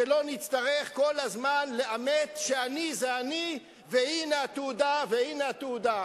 שלא נצטרך כל הזמן לאמת שאני זה אני והנה התעודה והנה התעודה.